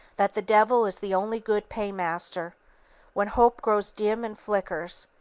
that the devil is the only good paymaster when hope grows dim and flickers,